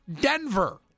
Denver